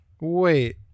Wait